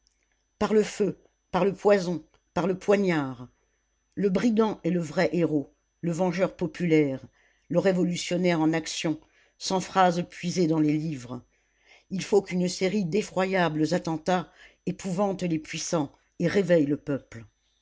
par le feu par le poison par le poignard le brigand est le vrai héros le vengeur populaire le révolutionnaire en action sans phrases puisées dans les livres il faut qu'une série d'effroyables attentats épouvantent les puissants et réveillent le peuple